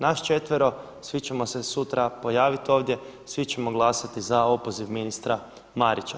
Nas četvero svi ćemo se sutra pojavit ovdje, svi ćemo glasati za opoziv ministra Marića.